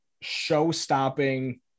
show-stopping